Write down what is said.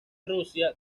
rusia